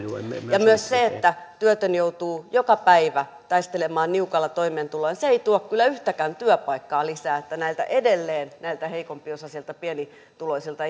ja myös se että työtön joutuu joka päivä taistelemaan niukalla toimeentulolla ei tuo kyllä yhtäkään työpaikkaa lisää se että edelleen näiltä heikompiosaisilta pienituloisilta